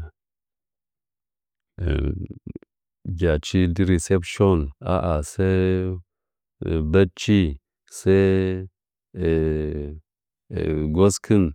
ja'achi adi reception 'a'a sən gbəɗchi sei nggoskɨn